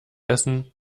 essen